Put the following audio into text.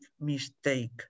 mistake